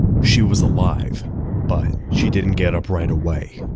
she was alive but she didn't get up right away.